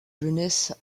jeunesse